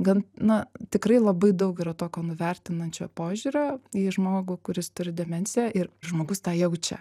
gan na tikrai labai daug yra tokio nuvertinančio požiūrio į žmogų kuris turi demenciją ir žmogus tą jaučia